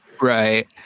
right